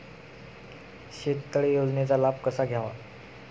शेततळे योजनेचा लाभ कसा घ्यावा?